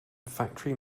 factory